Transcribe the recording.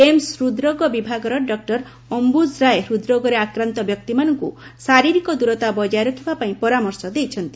AIIMS ହୃଦ୍ରୋଗ ବିଭାଗର doctor Ambuj Roy ହୃଦ୍ରୋଗରେ ଆକ୍ରାନ୍ତ ବ୍ୟକ୍ତିମାନଙ୍କୁ ଶାରୀରିକ ଦୂରତା ବଜାୟ ରଖିବା ପାଇଁ ପରାମର୍ଶ ଦେଇଛନ୍ତି